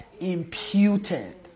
imputed